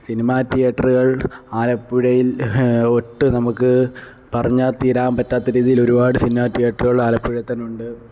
cinema തിയേറ്ററുകൾ ആലപ്പുഴയിൽ ഒട്ട് നമുക്ക് പറഞ്ഞാൽ തീരാൻ പറ്റാത്ത രീതിയിലൊരുപാട് സിനിമ ടീയറ്ററുകൾ ആലപ്പുഴയിൽ തന്നെയുണ്ട്